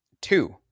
two